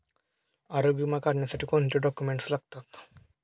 आरोग्य विमा काढण्यासाठी कोणते डॉक्युमेंट्स लागतात?